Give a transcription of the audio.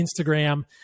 Instagram